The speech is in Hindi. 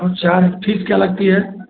हम चार्ज फीस क्या लगती है